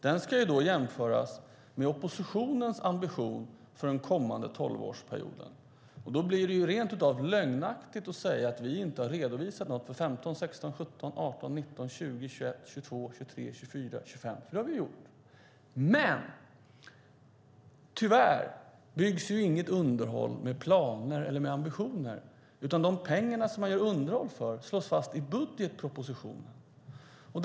Den ska jämföras med oppositionens ambition för den kommande tolvårsperioden. Då blir det rent av lögnaktigt att säga att vi inte har redovisat något för 2015-2025, för det har vi gjort. Tyvärr byggs inget underhåll med planer eller ambitioner, utan de pengar man gör underhåll för slås fast i budgetpropositionen.